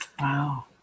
Wow